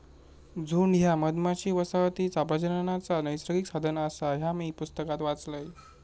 झुंड ह्या मधमाशी वसाहतीचा प्रजननाचा नैसर्गिक साधन आसा, ह्या मी पुस्तकात वाचलंय